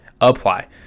apply